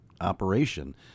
operation